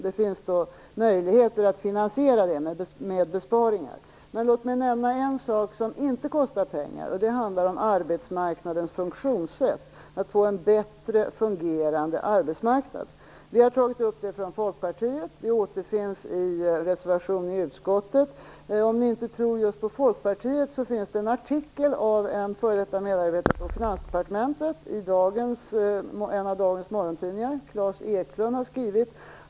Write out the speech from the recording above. Det finns dock möjligheter att finansiera det hela genom besparingar. Men låt mig nämna en sak som inte kostar pengar, och det handlar om arbetsmarknadens funktionssätt, att få en bättre fungerande arbetsmarknad. Vi från Folkpartiet har tagit upp detta, och det återfinns i en reservation till utskottets betänkande. Om ni inte tror just på Folkpartiet kan ni läsa om detta i en artikel av en f.d. medarbetare på Finansdepartementet i en av dagens morgontidningar, Klas Eklund.